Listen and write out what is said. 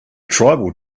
tribal